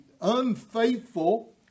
unfaithful